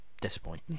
disappointing